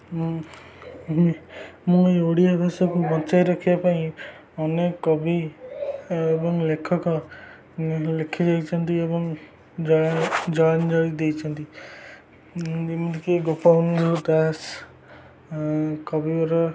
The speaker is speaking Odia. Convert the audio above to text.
ମୁଁ ମୁଁ ମୁଁ ଏ ଓଡ଼ିଆ ଭାଷାକୁ ବଞ୍ଚାଇ ରଖିବା ପାଇଁ ଅନେକ କବି ଏବଂ ଲେଖକ ଲେଖିଯାଇଛନ୍ତି ଏବଂ ଜ୍ୱାଳାଞ୍ଜଳୀ ଦେଇଛନ୍ତି ଯେମିତିକି ଗୋପବାନ୍ଧୁ ଦାସ କବିିବର